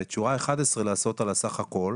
ואת שורה 11 לעשות את הסך הכל.